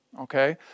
Okay